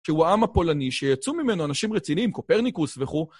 שהוא העם הפולני, שיצאו ממנו אנשים רציניים, קופרניקוס וכו',